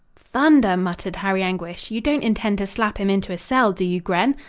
thunder! muttered harry anguish. you don't intend to slap him into a cell, do you, gren?